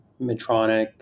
Medtronic